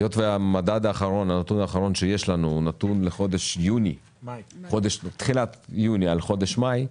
היות והנתון האחרון של המדד שיש לנו הוא בתחילת חודש יוני על חודש מאי,